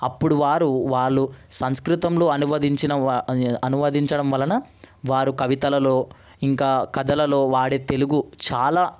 అప్పుడు వారు వాళ్ళు సంస్కృతంలో అనువదించిన వా అనువదించడం వలన వారు కవితలలో ఇంకా కథలలో వాడే తెలుగు చాలా